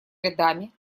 рядами